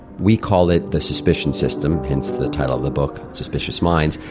we call it the suspicion system, hence the title of the book, suspicious minds.